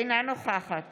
אינה נוכחת